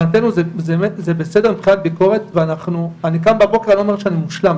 זה בסדר מבחינת ביקורת ואני קם בבוקר ואני לא אומר שאני מושלם,